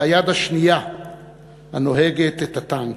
והיד השנייה הנוהגת את הטנק,